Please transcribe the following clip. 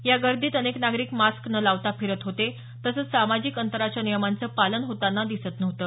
यागर्दीत अनेक नागरिक मास्क न लावता फिरत होते तसंच सामाजिक अंतराच्या नियमाचं पालन होतांना दिसत नव्हतं